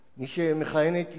מי שמכהנת אתנו,